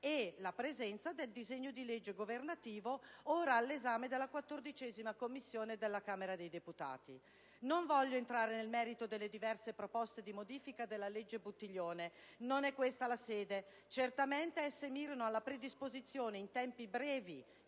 e del disegno di legge governativo ora all'esame della XIV Commissione della Camera dei deputati. Non voglio entrare nel merito delle diverse proposte di modifica della legge Buttiglione, non è questa la sede, certamente esse mirano alla predisposizione in tempi brevi